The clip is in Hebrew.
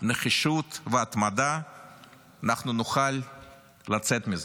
נחישות והתמדה אנחנו נוכל לצאת מזה.